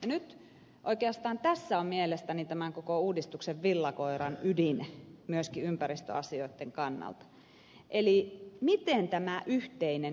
nyt oikeastaan tässä on mielestäni koko tämän uudistuksen villakoiran ydin myöskin ympäristöasioitten kannalta miten tämä yhteinen ääni määritellään